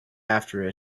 after